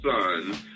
son